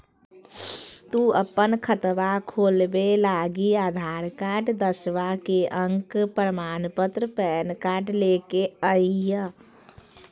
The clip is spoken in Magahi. तू अपन खतवा खोलवे लागी आधार कार्ड, दसवां के अक प्रमाण पत्र, पैन कार्ड ले के अइह